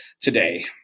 today